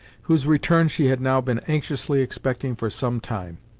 whose return she had now been anxiously expecting for some time.